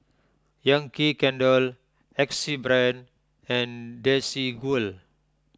Yankee Candle Axe Brand and Desigual